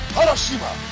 Harashima